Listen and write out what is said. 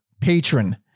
patron